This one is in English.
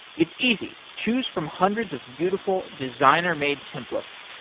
it's easy. choose from hundreds of beautiful designer-made templates.